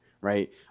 right